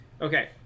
Okay